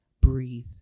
breathe